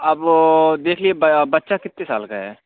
اب دیکھ لیجیے بچہ کتے سال کا ہے